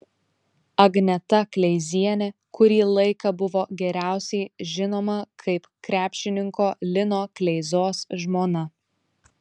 agneta kleizienė kurį laiką buvo geriausiai žinoma kaip krepšininko lino kleizos žmona